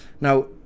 Now